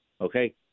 okay